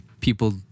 people